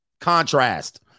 Contrast